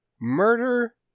murder